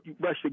Russia